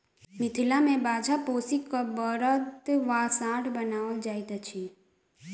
मिथिला मे बाछा पोसि क बड़द वा साँढ़ बनाओल जाइत अछि